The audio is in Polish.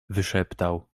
wyszeptał